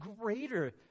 greater